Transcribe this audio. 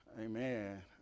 Amen